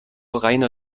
reiner